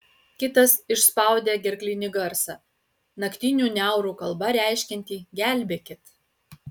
kitas išspaudė gerklinį garsą naktinių niaurų kalba reiškiantį gelbėkit